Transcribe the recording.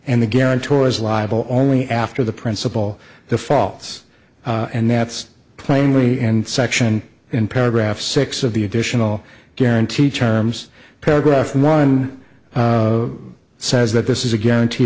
and the guarantors liable only after the principle the faults and that's plainly and section in paragraph six of the additional guarantee terms paragraph one says that this is a guarantee